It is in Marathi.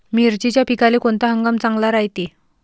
मिर्चीच्या पिकाले कोनता हंगाम चांगला रायते?